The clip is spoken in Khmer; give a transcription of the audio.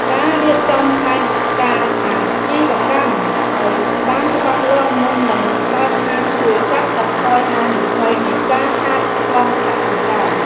ការរៀបចំផែនការអាជីវកម្មឱ្យបានច្បាស់លាស់មុននឹងបើកហាងជួយកាត់បន្ថយហានិភ័យនៃការខាតបង់ថវិកា។